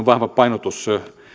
vahva painotus